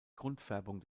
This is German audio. grundfärbung